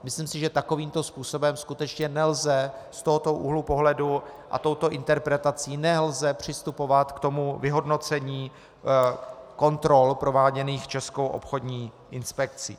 Myslím si, že takovým to způsobem skutečně nelze z tohoto úhlu pohledu a touto interpretací nelze přistupovat k vyhodnocení kontrol prováděných Českou obchodní inspekcí.